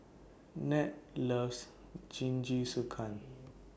Ned loves Jingisukan